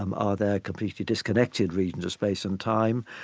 um are there completely disconnected regions of space and time?